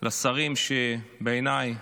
לשרים שבעיניי,